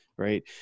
right